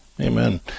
Amen